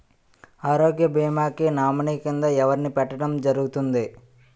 ఆరోగ్య భీమా కి నామినీ కిందా ఎవరిని పెట్టడం జరుగతుంది?